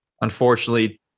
Unfortunately